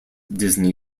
disney